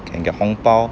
can get 红包